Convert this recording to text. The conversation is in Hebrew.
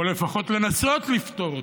או לפחות לנסות לפתור אותו.